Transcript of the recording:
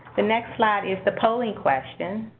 the next slide is the polling question.